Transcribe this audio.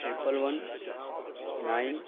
triple one nine